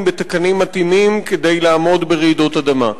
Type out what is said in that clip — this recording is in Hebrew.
בתקנים מתאימים כדי לעמוד ברעידות אדמה,